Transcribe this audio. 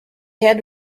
had